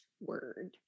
word